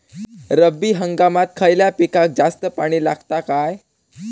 रब्बी हंगामात खयल्या पिकाक जास्त पाणी लागता काय?